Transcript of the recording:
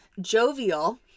Jovial